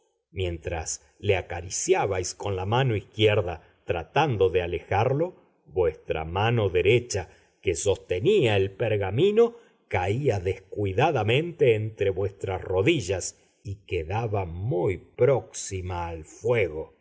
mientras le acariciabais con la mano izquierda tratando de alejarlo vuestra mano derecha que sostenía el pergamino caía descuidadamente entre vuestras rodillas y quedaba muy próxima al fuego